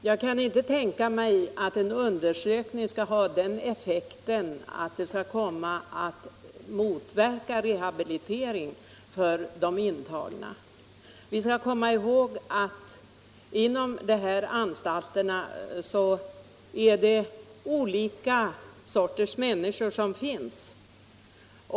Herr talman! Jag kan inte tänka mig att en undersökning kan motverka rehabilitering av de intagna. Vi skall komma ihåg att det finns olika sorters människor inom anstalterna.